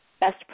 best